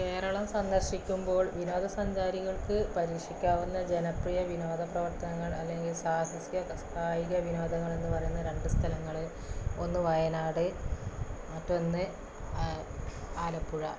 കേരളം സന്ദർശിക്കുമ്പോൾ വിനോദസഞ്ചാരികൾക്ക് പരീക്ഷിക്കാവുന്ന ജനപ്രിയ വിനോദ പ്രവർത്തനങ്ങള് അല്ലെങ്കില് സാഹസിക കായിക വിനോദങ്ങളെന്ന് പറയുന്ന രണ്ട് സ്ഥലങ്ങള് ഒന്ന് വയനാട് മറ്റൊന്ന് ആലപ്പുഴ